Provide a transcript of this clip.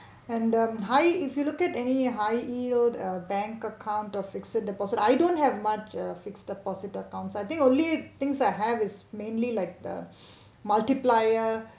and the high if you look at any high yield err bank account or fixed deposit I don't have much uh fixed deposit accounts I think only things I have is mainly like the multiplier